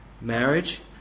marriage